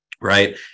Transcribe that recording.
right